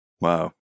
Wow